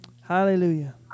Hallelujah